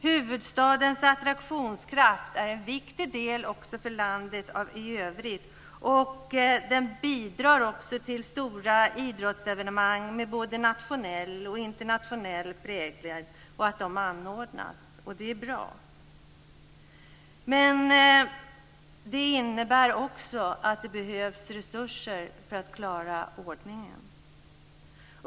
Huvudstadens attraktionskraft är en viktig del också för landet i övrigt och bidrar till att stora idrottsevenemang med både nationell och internationell prägel anordnas. Och det är bra. Men det innebär också att det behövs resurser för att klara ordningen.